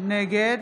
נגד